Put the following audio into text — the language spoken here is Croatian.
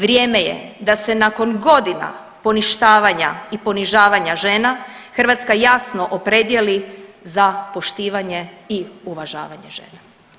Vrijeme je da se nakon godina poništavanja i ponižavanja žena Hrvatska jasno opredijeli za poštivanje i uvažavanje žena.